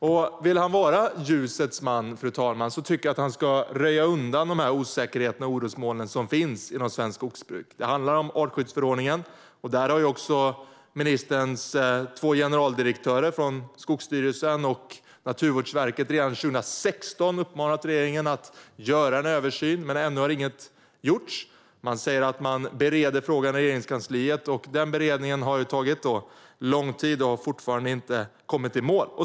Och vill han vara en ljusets man, fru talman, tycker jag att han ska röja undan de osäkerheter och orosmoln som finns inom svenskt skogsbruk. Det handlar till exempel om artskyddsförordningen. Där uppmanade redan 2016 ministerns två generaldirektörer från Skogsstyrelsen och Naturvårdsverket regeringen att göra en översyn, men ännu har inget gjorts. Man säger att man bereder frågan i Regeringskansliet. Den beredningen har tagit lång tid och har fortfarande inte kommit i mål.